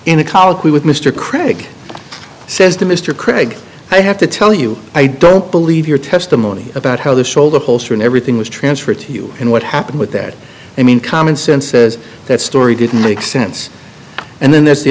colloquy with mr craig says to mr craig i have to tell you i don't believe your testimony about how the shoulder holster and everything was transferred to you and what happened with that i mean common sense says that story didn't make sense and then there's the